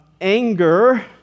anger